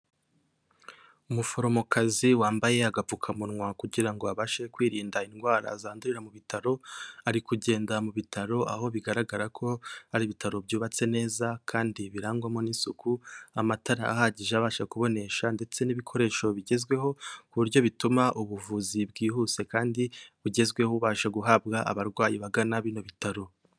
Umuforomokazi wambaye agapfukamunwa kugira ngo abashe kwirinda indwara zandurira mu bitaro, ari kugenda mu bitaro aho bigaragara ko ari ibitaro byubatse neza kandi birangwamo n'isuku, amatara ahagije abasha kubonesha ndetse n'ibikoresho bigezweho, ku buryo bituma ubuvuzi bwihuse kandi bugezweho bubasha guhabwa abarwayi bagana bino bitaro.